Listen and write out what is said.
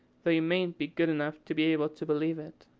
though you mayn't be good enough to be able to believe it.